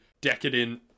decadent